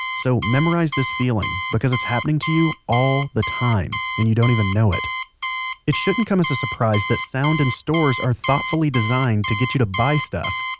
so, memorise this feeling because it's happening to you all the time and you don't even know it it shouldn't come as a surprise that the sound in stores are thoughtfully designed to get you to buy stuff.